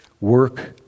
Work